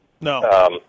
No